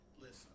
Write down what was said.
Listen